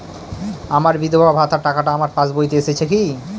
আমার বিধবা ভাতার টাকাটা আমার পাসবইতে এসেছে কি?